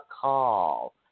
call